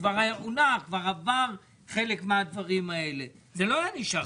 כבר עבר חלק מהדברים האלה, זה לא היה נשאר ככה.